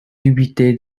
député